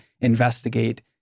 investigate